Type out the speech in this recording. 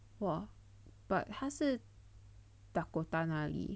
!wah! but 他是 Dakota 哪里 like